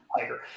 tiger